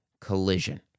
Collision